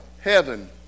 heaven